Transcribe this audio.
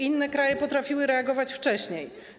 Inne kraje potrafiły reagować wcześniej.